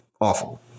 Awful